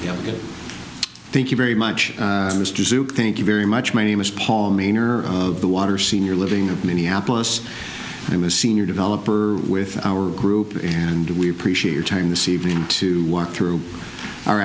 gosh thank you very much mr zucker thank you very much my name is paul maner of the water senior living of minneapolis i'm a senior developer with our group and we appreciate your time this evening to walk through our